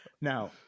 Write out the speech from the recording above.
now